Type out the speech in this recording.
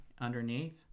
underneath